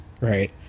right